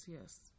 yes